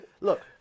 Look